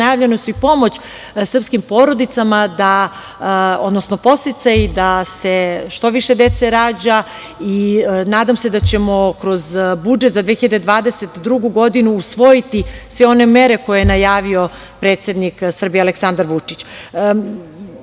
najavljena je i pomoć srpskim porodicama, odnosno podsticaji da se što više dece rađa. Nadam se da ćemo kroz budžet za 2022. godinu usvojiti sve one mere koje je najavio predsednik Srbije Aleksandar Vučić. Kada